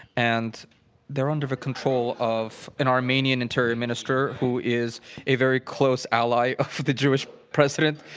and they're under the control of an armenian interior minister who is a very close ally of the jewish president,